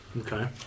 Okay